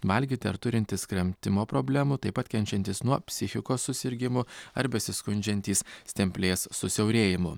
valgyti ar turintys kramtymo problemų taip pat kenčiantys nuo psichikos susirgimų ar besiskundžiantys stemplės susiaurėjimu